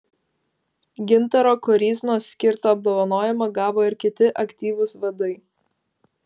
gintaro koryznos skirtą apdovanojimą gavo ir kiti aktyvūs vadai